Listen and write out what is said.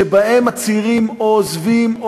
שבהן הצעירים או עוזבים,